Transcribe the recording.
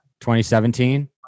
2017